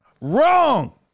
Wrong